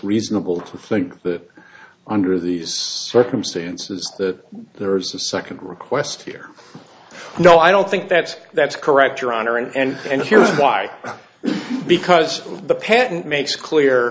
reasonable to think that under these circumstances that there is a second request here no i don't think that that's correct your honor and here's why because the patent makes clear